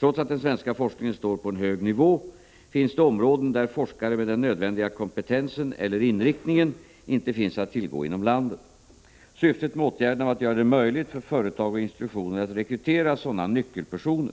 Trots att den svenska forskningen står på en hög nivå, finns det områden där forskare med den nödvändiga kompetensen eller inriktningen inte finns att tillgå inom landet. Syftet med åtgärderna var att göra det möjligt för företag och institutioner att rekrytera sådana nyckelpersoner.